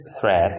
threat